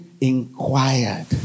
inquired